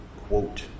quote